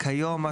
היום זה